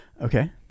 Okay